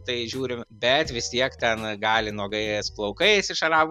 tai žiūrim bet vis tiek ten gali nuogais plaukais iš arabų